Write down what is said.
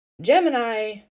Gemini